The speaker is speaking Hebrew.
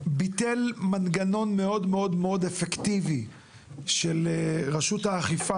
ביטל מנגנון מאוד מאוד אפקטיבי של רשות האכיפה